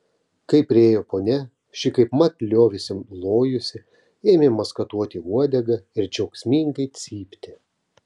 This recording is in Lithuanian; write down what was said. kai priėjo ponia ši kaipmat liovėsi lojusi ėmė maskatuoti uodegą ir džiaugsmingai cypti